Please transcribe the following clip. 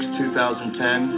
2010